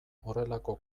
horrelako